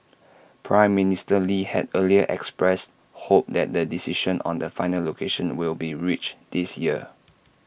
Prime Minister lee had earlier expressed hope that the decision on the final location will be reached this year